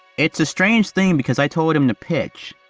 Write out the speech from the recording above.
it's a strange thing because i told him to pitch,